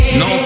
no